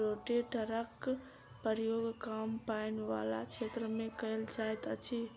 रोटेटरक प्रयोग कम पाइन बला क्षेत्र मे कयल जाइत अछि